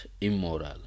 immoral